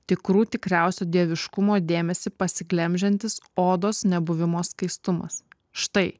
tikrų tikriausio dieviškumo dėmesį pasiglemžiantis odos nebuvimo skaistumas štai